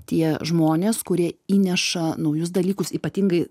tie žmonės kurie įneša naujus dalykus ypatingai